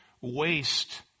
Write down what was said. waste